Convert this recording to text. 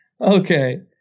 Okay